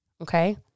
Okay